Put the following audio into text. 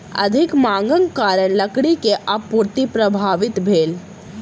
अधिक मांगक कारण लकड़ी के आपूर्ति प्रभावित भेल